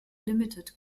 limited